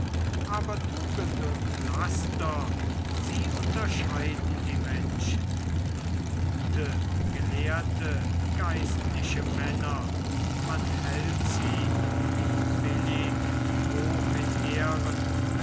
aber tugend und laster sie unterscheiden die menschen gute gelehrte geistliche männer man hält sie wie billig hoch in ehren